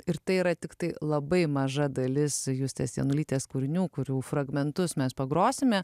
ir tai yra tiktai labai maža dalis justės janulytės kūrinių kurių fragmentus mes pagrosime